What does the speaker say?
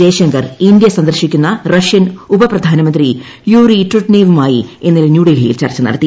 Jaishankar India സന്ദർശിക്കുന്ന Russian ഉപ പ്രധാനമന്ത്രി യൂറി ട്രുറ്റ്നേവുമായി ഇന്നലെ ന്യൂഡൽഹിയിൽ ചർച്ച നടത്തി